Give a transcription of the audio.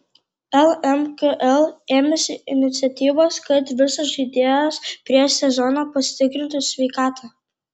lmkl ėmėsi iniciatyvos kad visos žaidėjos prieš sezoną pasitikrintų sveikatą